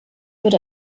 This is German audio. wird